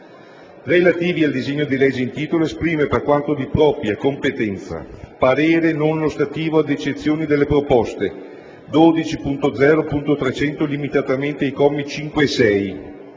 relativi al disegno di legge in titolo, esprime, per quanto di propria competenza: parere non ostativo ad eccezione delle proposte 12.0.300 (limitatamente ai commi 5 e 6),